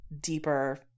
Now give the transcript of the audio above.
deeper